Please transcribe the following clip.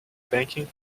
banking